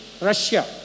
Russia